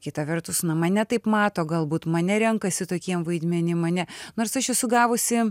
kita vertus na mane taip mato galbūt mane renkasi tokiem vaidmenim mane nors aš esu gavusi